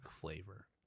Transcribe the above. flavor